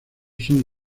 son